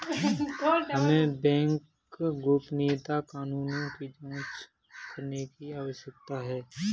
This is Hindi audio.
हमें बैंक गोपनीयता कानूनों की भी जांच करने की आवश्यकता है